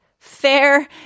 fair